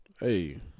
Hey